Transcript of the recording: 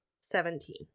Seventeen